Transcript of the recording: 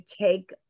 take